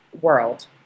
world